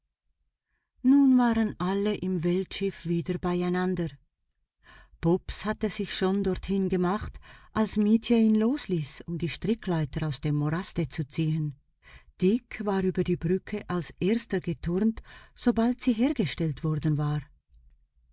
nun waren alle im weltschiff wieder beieinander bobs hatte sich schon dorthin gemacht als mietje ihn losließ um die strickleiter aus dem moraste zu ziehen dick war über die brücke als erster geturnt sobald sie hergestellt worden war